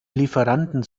lieferanten